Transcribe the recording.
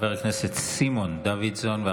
חבר הכנסת סימון דוידסון,